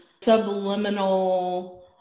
subliminal